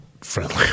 friendly